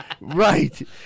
right